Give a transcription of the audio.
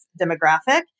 demographic